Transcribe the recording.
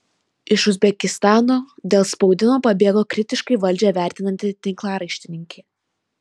iš uzbekistano dėl spaudimo pabėgo kritiškai valdžią vertinanti tinklaraštininkė